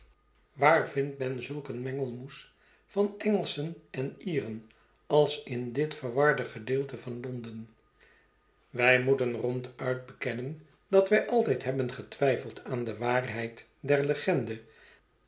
waar vindt men zulk een mengelmoes van engelschen en ieren als in dhf verwarde gedeelte van londen wij moeten ronduit bekennen dat wij altijd hebben getwijfeld aan de waarheid der legende